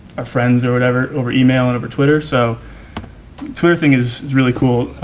our friends or whatever over email and over twitter. so twitter thing is really cool,